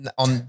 on